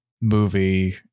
Movie